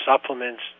supplements